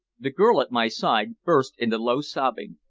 the girl at my side burst into low sobbing.